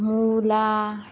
मुला